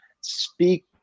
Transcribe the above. speak